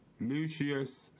Lucius